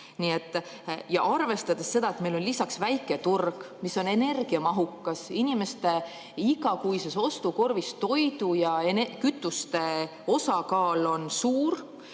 arvestada, et meil on lisaks väike turg, mis on energiamahukas, inimeste igakuises ostukorvis toidu ja kütuste osakaal on suur,